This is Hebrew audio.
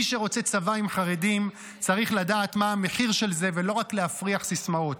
מי שרוצה צבא עם חרדים צריך לדעת מה המחיר של זה ולא רק להפריח סיסמאות.